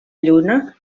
lluna